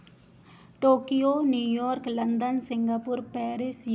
Tokyo New York London Singapore Paris